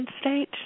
state